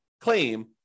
claim